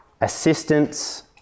assistance